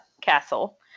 Castle